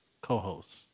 co-host